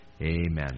Amen